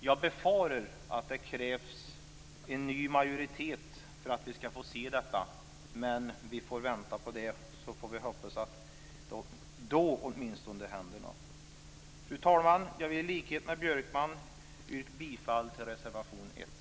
Jag befarar att det krävs en ny majoritet för att vi skall få se detta, men vi får vänta på det och hoppas att det åtminstone händer någonting då. Fru talman! Jag vill i likhet med Björkman yrka bifall till reservation 1.